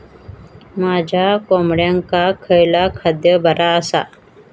माझ्या कोंबड्यांका खयला खाद्य बरा आसा?